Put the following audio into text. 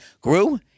grew